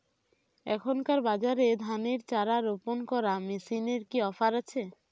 এখনকার বাজারে ধানের চারা রোপন করা মেশিনের কি অফার আছে?